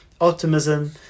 optimism